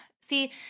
See